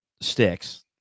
sticks